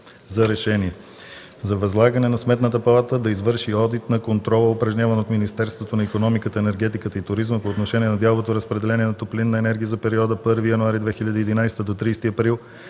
за решение за възлагане на Сметната палата да извърши одит на контрола, упражняван от Министерството на икономиката, енергетиката и туризма по отношение на дяловото разпределение на топлинна енергия за периода от 1 януари 2011 г. до 30 април